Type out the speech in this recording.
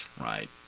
right